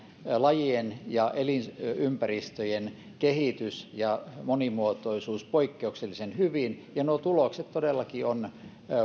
lajien ja elinympäristöjen kehitys ja monimuotoisuus poikkeuksellisen hyvin ja nuo tulokset todellakin ovat